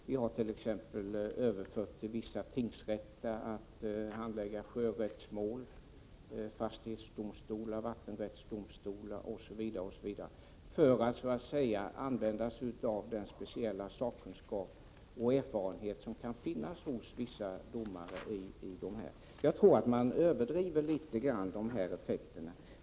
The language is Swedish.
Vi har t.ex. överfört till vissa tingsrätter att handlägga sjörättsmål och gjort andra överföringar till fastighetsdomstol, vattendomstol osv., för att man skall kunna använda sig av den speciella sakkunskap och erfarenhet som finns hos vissa domare i de domstolarna. Men jag tror alltså att man litet grand överdriver de negativa effekterna.